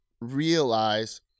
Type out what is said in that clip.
realize